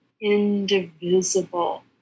indivisible